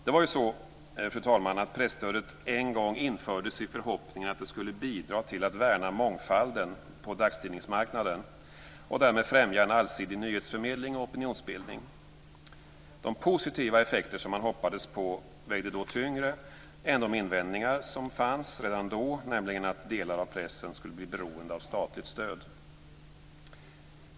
Fru talman! Presstödet infördes en gång i förhoppningen att det skulle bidra till att värna mångfalden på dagstidningsmarknaden och därmed främja en allsidig nyhetsförmedling och opinionsbildning. De positiva effekter som man hoppades på vägde då tyngre än de invändningar som fanns redan då, nämligen att delar av pressen skulle bli beroende av statligt stöd.